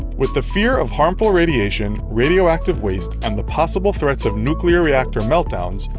with the fear of harmful radiation, radioactive waste, and the possible threats of nuclear reactor meltdowns,